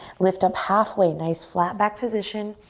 lift up halfway, nice flat back position.